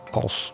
als